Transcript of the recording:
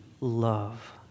love